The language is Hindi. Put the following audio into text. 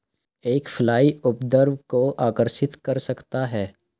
एक फ्लाई उपद्रव को आकर्षित कर सकता है?